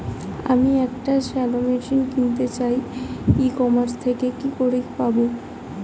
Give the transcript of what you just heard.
আমি একটি shallow machine কিনতে চাই ই কমার্স থেকে কি করে পাবো?